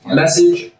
message